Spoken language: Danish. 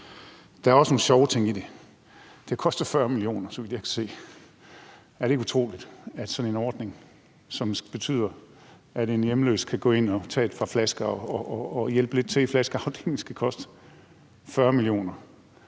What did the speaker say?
Der er også nogle sjove ting i det. Det har kostet 40 mio. kr., så vidt jeg kan se. Er det ikke utroligt, at sådan en ordning, som betyder, at en hjemløs kan gå ind og tage et par flasker og hjælpe lidt til i flaskeafdelingen, skal koste 40 mio.